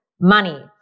money